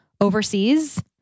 overseas